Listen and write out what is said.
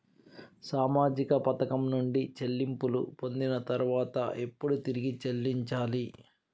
సామాజిక పథకం నుండి చెల్లింపులు పొందిన తర్వాత ఎప్పుడు తిరిగి చెల్లించాలి?